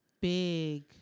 big